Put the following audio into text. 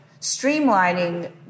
streamlining